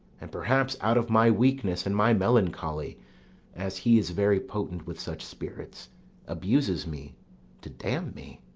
and perhaps out of my weakness and my melancholy as he is very potent with such spirits abuses me to damn me